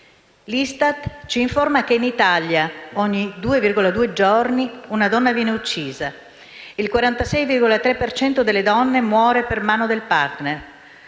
L'ISTAT ci informa che in Italia ogni 2,2 giorni una donna viene uccisa. Il 46,3 per cento di queste donne muore per mano del *partner*.